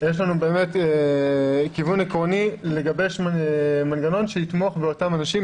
יש לנו כיוון עקרוני לגבש מנגנון שיתמוך באותם אנשים,